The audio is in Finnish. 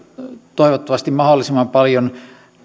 toivottavasti mahdollisimman paljon